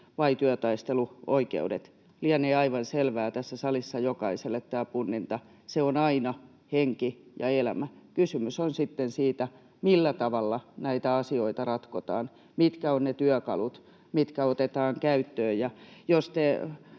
vai työtaisteluoikeudet. Lienee aivan selvää tässä salissa jokaiselle tämä punninta: se on aina henki ja elämä. Kysymys on sitten siitä, millä tavalla näitä asioita ratkotaan, mitkä ovat ne työkalut, mitkä otetaan käyttöön.